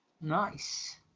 Nice